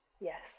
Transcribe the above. Yes